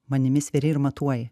manimi sveri ir matuoji